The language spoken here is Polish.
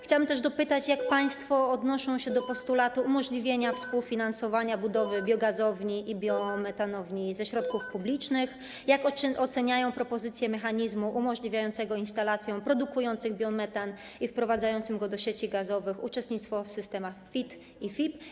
Chciałabym też dopytać, jak państwo odnoszą się do postulatu umożliwienia współfinansowania budowy biogazowni i biometanowni ze środków publicznych, a także jak państwo oceniają propozycję mechanizmu umożliwiającego instalacjom produkującym biometan i wprowadzającym go do sieci gazowych uczestnictwo w systemach FIT i FIP.